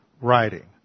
writing